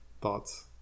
Thoughts